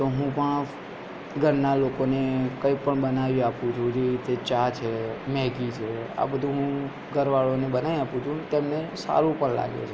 તો હું પણ ઘરના લોકોને કંઈ પણ બનાવી આપું છું જેવી રીતે ચા છે મેગ્ગી છે આ બધુ હું ઘરવાળાને બનાવી આપું છું તેમને સારું પણ લાગે છે